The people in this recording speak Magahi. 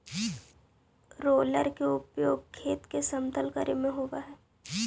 रोलर के उपयोग खेत के समतल करे में कैल जा हई